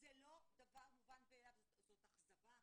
זה לא דבר מובן מאליו, זאת אכזבה.